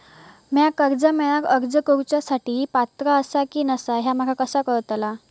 म्या कर्जा मेळाक अर्ज करुच्या साठी पात्र आसा की नसा ह्या माका कसा कळतल?